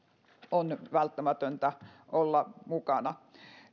on välttämätöntä olla mukana